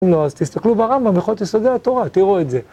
לא, אז תסתכלו ברמב"ם בהלכות יסודי התורה, תראו את זה.